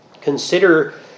consider